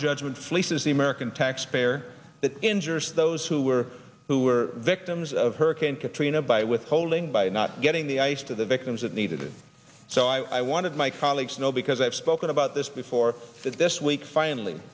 judgment fleeces the american taxpayer that injures those who were who were victims of hurricane katrina by withholding by not getting the ice to the victims that needed it so i wanted my colleagues to know because i've spoken about this before that this week finally